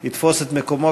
הוא יתפוס את מקומו,